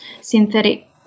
synthetic